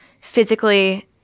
physically